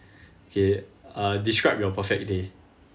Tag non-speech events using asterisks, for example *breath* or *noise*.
*breath* okay uh describe your perfect day